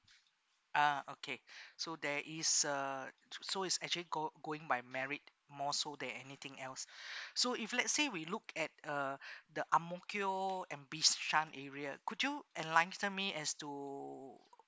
ah okay so there is uh so it's actually go going by merit more so than anything else so if let's say we look at uh the ang mo kio and bishan area could you enlightened me as to